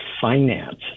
finance